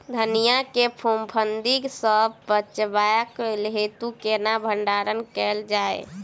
धनिया केँ फफूंदी सऽ बचेबाक हेतु केना भण्डारण कैल जाए?